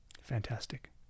Fantastic